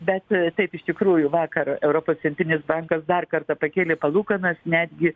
bet taip iš tikrųjų vakar europos centrinis bankas dar kartą pakėlė palūkanas netgi